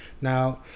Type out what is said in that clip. Now